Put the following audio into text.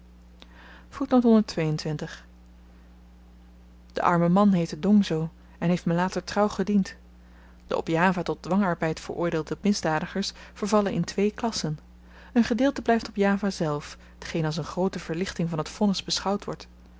de arme man heette dongso en heeft me later trouw gediend de op java tot dwangarbeid veroordeelde misdadigers vervallen in twee klassen een gedeelte blyft op java zelf tgeen als n groote verlichting van t vonnis beschouwd wordt